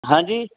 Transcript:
ਹਾਂਜੀ